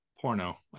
porno